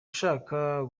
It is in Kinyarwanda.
ushaka